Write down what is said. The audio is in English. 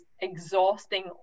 exhausting